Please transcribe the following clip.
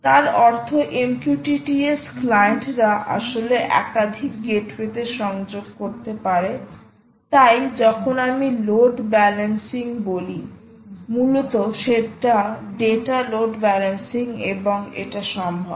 তার অর্থ MQTT S ক্লায়েন্টরা আসলে একাধিক গেটওয়েতে সংযোগ করতে পারে তাই যখন আমি লোড ব্যালেন্সিং বলি মূলত সেটা ডেটা লোড ব্যালেন্সিং এবং এটা সম্ভব